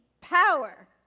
power